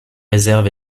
réserves